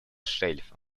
шельфа